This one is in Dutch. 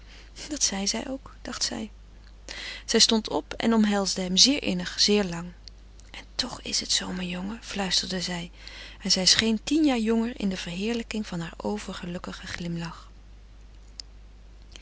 dat zeide zij ook dacht zij zij stond op en omhelsde hem zeer innig zeer lang en toch is het zoo mijn jongen fluisterde zij en zij scheen tien jaar jonger in de verheerlijking van haar overgelukkigen glimlach